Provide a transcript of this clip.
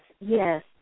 yes